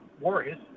Warriors